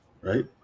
right